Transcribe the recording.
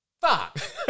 fuck